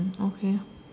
mm okay